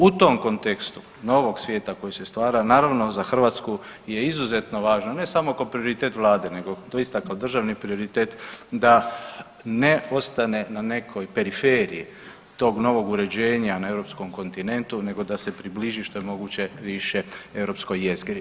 U tom kontekstu novog svijeta koji se stvara, naravno za Hrvatsku je izuzetno važno, ne samo kao prioritet vlade, nego doista kao državni prioritet da ne ostane na nekoj periferiji tog novog uređenja na europskom kontinentu nego da se približi što je moguće više europskoj jezgri.